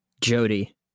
jody